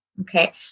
Okay